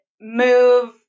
move